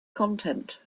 content